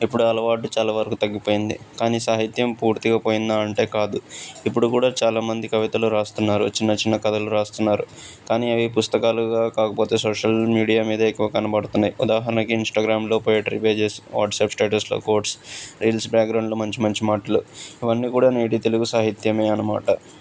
ఇప్పుడు ఆ అలవాటు చాలా వరకు తగ్గిపోయింది కానీ సాహిత్యం పూర్తిగా పోయిందా అంటే కాదు ఇప్పుడు కూడా చాలా మంది కవితలు రాస్తున్నారు చిన్న చిన్న కథలు రాస్తున్నారు కానీ అవి పుస్తకాలుగా కాకపోతే సోషల్ మీడియా మీదే ఎక్కువ కనబడుతున్నాయి ఉదాహరణకి ఇన్స్టాగ్రామ్లో పోయెట్రీ పేజెస్ వాట్సాప్ స్టేటస్లో కోట్స్ రీల్స్ బ్యాక్గ్రౌండ్లో మంచి మంచి మాటలు ఇవన్నీ కూడా నేటి తెలుగు సాహిత్యమే అన్నమాట